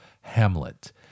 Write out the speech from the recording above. Hamlet